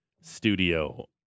Studio